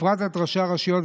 בפרט את ראשי הרשויות.